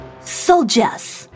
soldiers